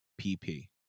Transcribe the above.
PP